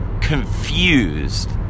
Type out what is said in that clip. confused